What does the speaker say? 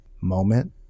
moment